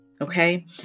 Okay